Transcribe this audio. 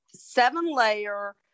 seven-layer